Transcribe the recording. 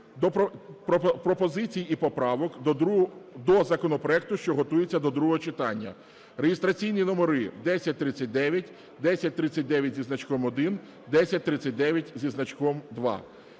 до пропозицій і поправок до законопроекту, що готується до другого читання (реєстраційні номери 1039, 1039 зі значком один, 1039 зі значком